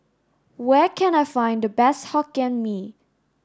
where can I find the best Hokkien Mee